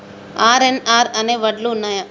RNR అనే వడ్లు ఉన్నయా?